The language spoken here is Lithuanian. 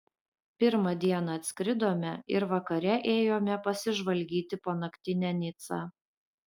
pirmą dieną atskridome ir vakare ėjome pasižvalgyti po naktinę nicą